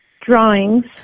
drawings